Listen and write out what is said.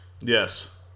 Yes